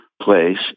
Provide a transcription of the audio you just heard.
place